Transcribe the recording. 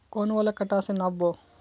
कौन वाला कटा से नाप बो?